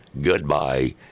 Goodbye